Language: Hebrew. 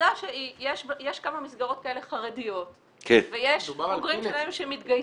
עובדה שיש כמה מסגרות כאלה חרדיות ויש בוגרים שלהם שמתגייסים.